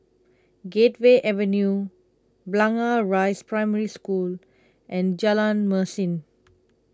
Gateway Avenue Blangah Rise Primary School and Jalan Mesin